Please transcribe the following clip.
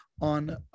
on